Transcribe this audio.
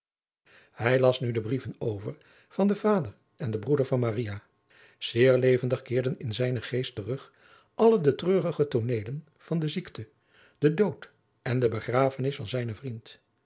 hij las nu de brieven over van den vader en den broeder van maria zeer levendig keerden in zijnen geest terug alle de treurige tooneelen van de ziekte den dood en de begrafenis van zijnen vriend